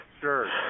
sure